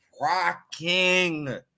rocking